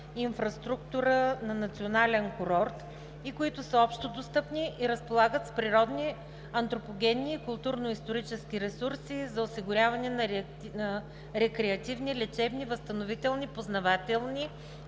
на национален курорт и които са общодостъпни и разполагат с природни, антропогенни и културно-исторически ресурси за осигуряване на рекреативни, лечебни, възстановителни, познавателни,